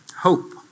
Hope